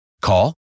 Call